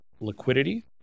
liquidity